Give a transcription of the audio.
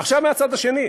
ועכשיו מהצד השני.